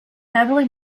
heavily